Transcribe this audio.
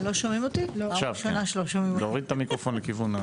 קודם כל רציתי להגיד כל מילה בסלע,